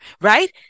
Right